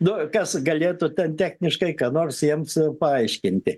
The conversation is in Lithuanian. nu kas galėtų ten techniškai ką nors jiems paaiškinti